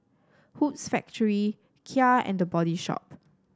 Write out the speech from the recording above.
Hoops Factory Kia and The Body Shop